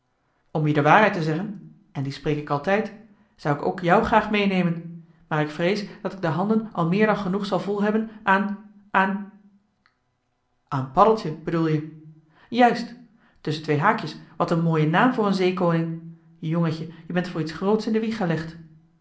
om je de waarheid te zeggen en die spreek ik altijd zou ik ook jou graag meenemen maar ik vrees dat ik de handen al meer dan genoeg zal volhebben aan aan aan paddeltje bedoel je juist tusschen twee haakjes wat een mooie naam voor een zeekoning jongetje je bent voor iets groots in de wieg gelegd